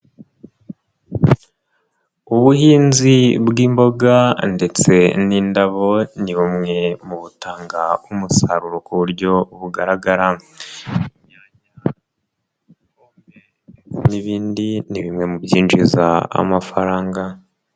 Ubuhinzi bw'imboga ndetse n'indabo, ni bumwe mu butanga umusaruro ku buryo bugaragara, inyanya, pome ndetse n'ibindi, ni bimwe mu byinjiza amafaranga.